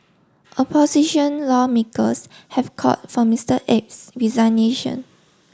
opposition lawmakers have called for Mister Abe's resignation